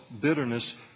bitterness